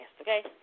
okay